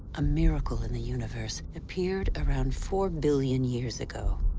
a miracle in the universe, appeared around four billion years ago.